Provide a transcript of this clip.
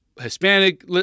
Hispanic